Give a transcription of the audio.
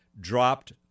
dropped